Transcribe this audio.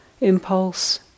impulse